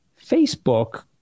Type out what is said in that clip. Facebook